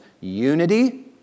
Unity